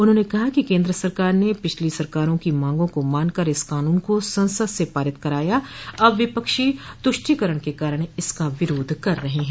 उन्होंने कहा कि केन्द्र सरकार ने पिछली सरकारों की मांगों को मानकर इस कानून को संसद से पारित कराया अब विपक्षी तुष्टिकरण के कारण इसका विरोध कर रहे हैं